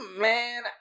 man